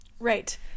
right